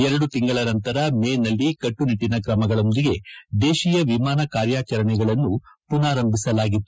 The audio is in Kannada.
ಎರಡು ತಿಂಗಳ ನಂತರ ಮೇನಲ್ಲಿ ಕಟ್ಟುನಿಟ್ಟಿನ ತ್ರಮಗಳೊಂದಿಗೆ ದೇಶೀಯ ವಿಮಾನ ಕಾರ್ಯಾಚರಣೆಗಳನ್ನು ಪುನಾರಂಭಿಸಲಾಗಿತ್ತು